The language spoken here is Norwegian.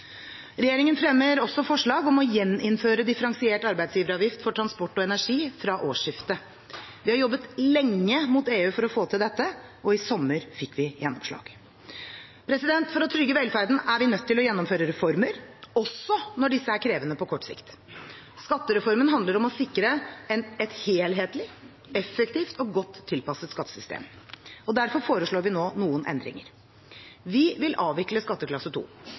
Regjeringen fremmer også forslag om å gjeninnføre differensiert arbeidsgiveravgift for transport og energi fra årsskiftet. Vi har jobbet lenge mot EU for å få til dette, og i sommer fikk vi gjennomslag. For å trygge velferden er vi nødt til å gjennomføre reformer, også når disse er krevende på kort sikt. Skattereformen handler om å sikre et helhetlig, effektivt og godt tilpasset skattesystem. Derfor foreslår vi nå noen endringer. Vi vil avvikle skatteklasse